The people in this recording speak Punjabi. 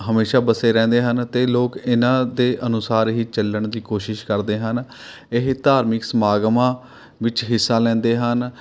ਹਮੇਸ਼ਾ ਵਸੇ ਰਹਿੰਦੇ ਹਨ ਅਤੇ ਲੋਕ ਇਹਨਾਂ ਦੇ ਅਨੁਸਾਰ ਹੀ ਚੱਲਣ ਦੀ ਕੋਸ਼ਿਸ਼ ਕਰਦੇ ਹਨ ਇਹ ਧਾਰਮਿਕ ਸਮਾਗਮਾਂ ਵਿੱਚ ਹਿੱਸਾ ਲੈਂਦੇ ਹਨ